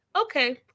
Okay